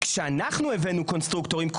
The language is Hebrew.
כשאנחנו הבאנו קונסטרוקטורים,